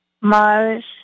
Mars